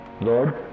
lord